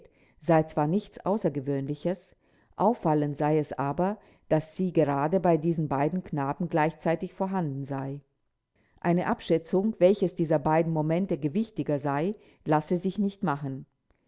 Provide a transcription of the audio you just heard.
sei zwar nichts außergewöhnliches auffallend sei es aber daß sie gerade bei diesen beiden knaben gleichzeitig vorhanden sei eine abschätzung welches dieser beiden momente gewichtiger sei lasse sich nicht machen